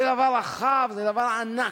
זה דבר רחב, זה דבר ענק.